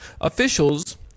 Officials